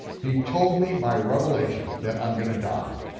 he told me by revelation that i'm going to die,